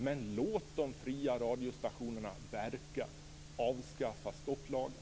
Men låt de fria radiostationerna verka! Avskaffa stopplagen!